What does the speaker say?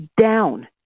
down